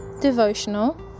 devotional